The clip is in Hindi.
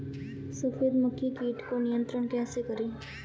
सफेद मक्खी कीट को नियंत्रण कैसे करें?